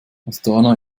astana